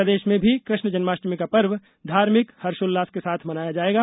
प्रदेश में भी कृष्ण जन्माष्टमी का पर्व धार्मिक हर्षोल्लास के साथ मनाया जायेगा